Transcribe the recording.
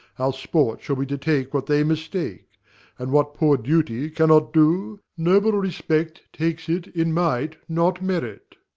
our sport shall be to take what they mistake and what poor duty cannot do, noble respect takes it in might, not merit.